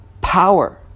power